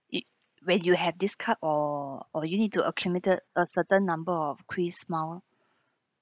it when you have this card or or you need to accumulated a certain number of Kris mile